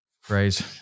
phrase